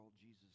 Jesus